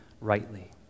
rightly